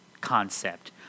concept